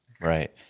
Right